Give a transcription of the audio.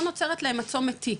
לא נוצרת להם הצומת טי,